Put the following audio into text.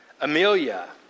amelia